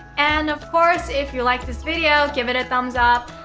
and, of course, if you like this video, give it a thumbs up!